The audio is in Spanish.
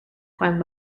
juan